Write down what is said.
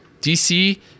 dc